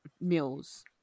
meals